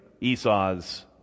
Esau's